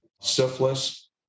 syphilis